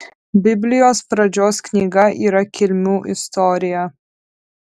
biblijos pradžios knyga yra kilmių istorija